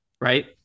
right